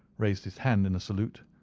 raised his hand in a salute,